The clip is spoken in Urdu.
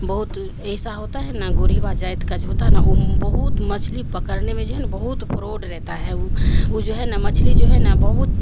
بہت ایسا ہوتا ہے نا گوربا جائت کاچ ہوتا ہے نہا بہت مچھلی پکڑنے میں جو ہے نا بہت فروڈ رہتا ہے جو ہے نا مچھلی جو ہے نا بہت